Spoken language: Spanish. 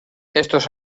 estos